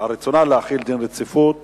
להחיל דין רציפות